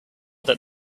that